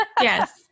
Yes